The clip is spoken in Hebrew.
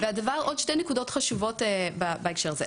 עוד שתי נקודות חשובות בהקשר הזה.